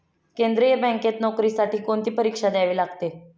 केंद्रीय बँकेत नोकरीसाठी कोणती परीक्षा द्यावी लागते?